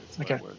Okay